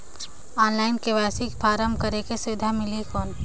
Online KYC form करेके सुविधा मिली कौन?